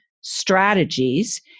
strategies